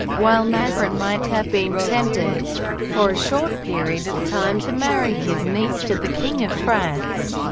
while mazarin might have been tempted for a short period of time to marry his niece to the king of france,